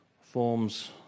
forms